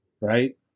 right